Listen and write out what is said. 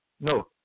No